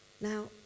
Now